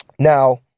Now